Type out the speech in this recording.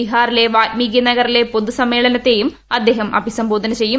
ബീഹാറിലെ വാൽമീകി നഗറിലെ പൊതുസമ്മേളനത്തെയും അദ്ദേഹം അഭിസംബോധന ചെയ്യും